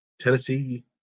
Tennessee